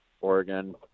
Oregon